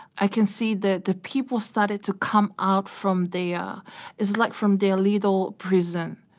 i can see that the people started to come out from there, it's like from their little prison.